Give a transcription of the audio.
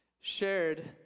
shared